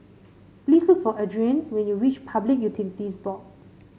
please look for Adriane when you reach Public Utilities Board